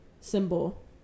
symbol